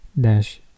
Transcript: dash